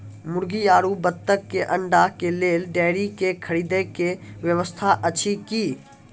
मुर्गी आरु बत्तक के अंडा के लेल डेयरी के खरीदे के व्यवस्था अछि कि?